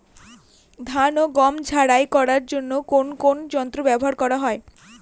ধান ও গম ঝারাই করার জন্য কোন কোন যন্ত্র ব্যাবহার করা হয়?